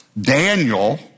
Daniel